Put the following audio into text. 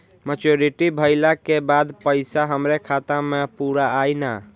Maturity भईला के बाद पईसा हमरे खाता म पूरा आई न?